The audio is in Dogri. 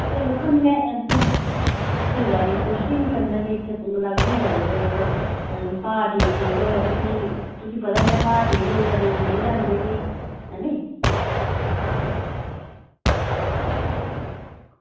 चलो कन्नै कोई गल्ल निं पुच्छगी नी कम्में लेई इत्थें मिलागी गल्ल ते अगर भाऽ ठीक ठाक होएआ ते फ्ही तुसेंगी पता गै भाऽ ठीक होग ते लोग लेई लैंदे फ्ही है नी